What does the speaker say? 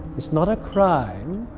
it's not a crime,